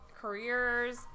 careers